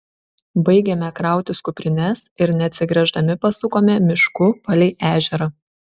baigėme krautis kuprines ir neatsigręždami pasukome mišku palei ežerą